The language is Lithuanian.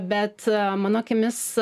bet mano akimis